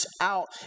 out